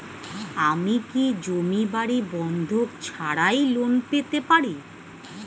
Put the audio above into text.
আমি কি জমি বাড়ি বন্ধক ছাড়াই লোন পেতে পারি?